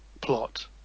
plot